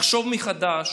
לחשוב מחדש